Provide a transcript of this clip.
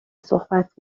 صحبت